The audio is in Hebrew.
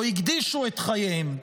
או הקדישו את חייהם,